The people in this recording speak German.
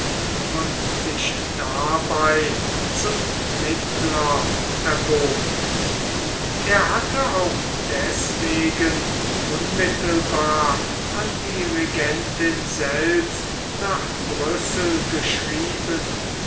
und sich dabei zum mittler erbot er hatte auch deswegen unmittelbar an die regentin selbst nach brüssel geschrieben